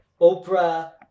Oprah